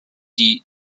die